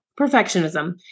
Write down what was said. perfectionism